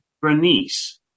Bernice